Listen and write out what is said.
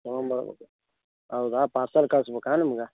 ತಗೊಂಬರ್ಬೇಕು ಹೌದಾ ಪಾರ್ಸಲ್ ಕಳಿಸ್ಬೇಕಾ ನಿಮ್ಗೆ